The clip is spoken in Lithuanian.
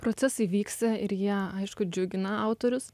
procesai vyksta ir jie aišku džiugina autorius